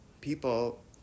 People